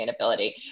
sustainability